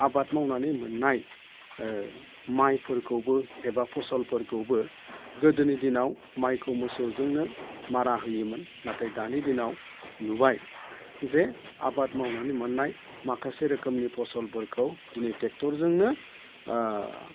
आबाद मावनानै मोननाय माइफोरखौबो एबा फसलफोरखौबो गोदोनि दिनाव माइखौ मोसौजोंनो मारा होयोमोन नाथाय दानि दिनाव नुबाय जे आबाद मावनानै मोननाय माखासे रोखोमनि फसलफोरखौ दिनै ट्रेक्टरजोंनो